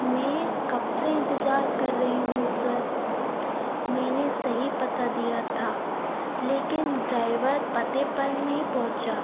मैं कब से इन्तजार कर रही हूँ सर मैंने सही पता दिया था लेकिन ड्राइवर पते पर नहीं पहुँचा